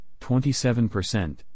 27%